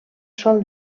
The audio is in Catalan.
sol